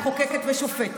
מחוקקת ושופטת.